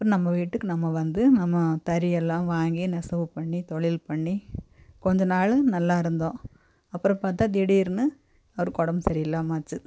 அப்புறம் நம்ம வீட்டுக்கு நம்ம வந்து நம்ம தறியெல்லாம் வாங்கி நெசவு பண்ணி தொழில் பண்ணி கொஞ்சம் நாள் நல்லாயிருந்தோம் அப்புறம் பார்த்தா திடீர்னு அவருக்கு உடம்பு சரியில்லாமல் ஆச்சு